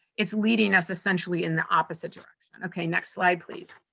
it's leading us, essentially, in the opposite direction. okay, next slide please.